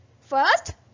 First